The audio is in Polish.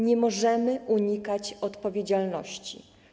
Nie możemy unikać odpowiedzialności.